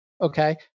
okay